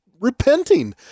repenting